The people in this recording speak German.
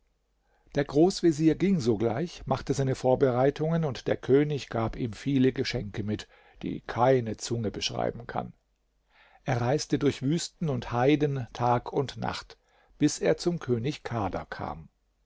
der großvezier ging sogleich machte seine vorbereitungen und der könig gab ihm viele geschenke mit die keine zunge beschreiben kann er reiste durch wüsten und heiden tag und nacht bis er zum könig kader kam